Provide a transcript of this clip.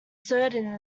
certain